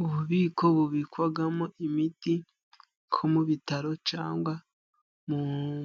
Ububiko bubikwamo imiti nko mu bitaro cyangwa mu